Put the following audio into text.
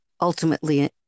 ultimately